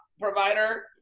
provider